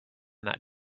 that